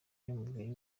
y’umubiri